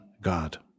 God